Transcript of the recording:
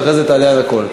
ואחרי זה תענה על הכול.